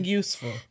useful